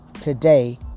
today